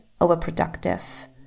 overproductive